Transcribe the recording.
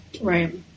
Right